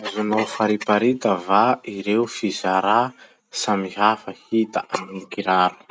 Azonao fariparita va ireo fizarà samihafa hita amy kiraro?